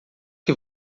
que